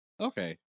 Okay